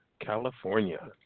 California